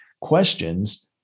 questions